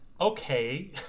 Okay